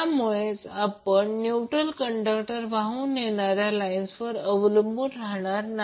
त्यामुळे आपण neutral conductor वाहून नेणाऱ्या लाइन्सवर अवलंबून राहणार नाही